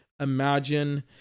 imagine